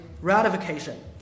ratification